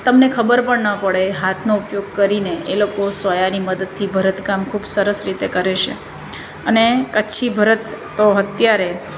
તમને ખબર પણ ન પડે હાથનો ઉપયોગ કરીને એ લોકો સોયાની મદદથી ભરતકામ ખૂબ સરસ રીતે કરે છે અને કચ્છી ભરત તો અત્યારે